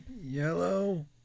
yellow